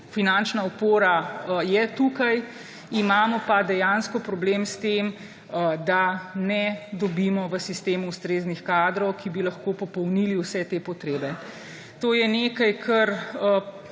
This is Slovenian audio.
finančna opora je tukaj, imamo pa dejansko problem s tem, da ne dobimo v sistem ustreznih kadrov, ki bi lahko popolnili vse te potrebe. To je nekaj, kar